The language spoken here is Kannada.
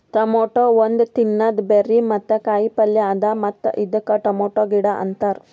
ಟೊಮೇಟೊ ಒಂದ್ ತಿನ್ನದ ಬೆರ್ರಿ ಮತ್ತ ಕಾಯಿ ಪಲ್ಯ ಅದಾ ಮತ್ತ ಇದಕ್ ಟೊಮೇಟೊ ಗಿಡ ಅಂತಾರ್